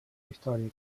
històrica